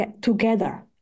together